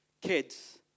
kids